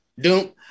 doom